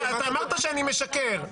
אתה אמרת שאני משקר,